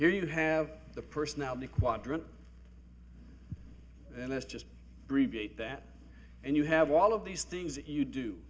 here you have the personality quadrant and this just repeat that and you have all of these things you do